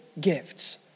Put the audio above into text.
gifts